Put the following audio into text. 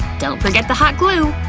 don't forget the hot glue.